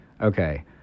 Okay